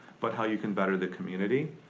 but how you can better the community,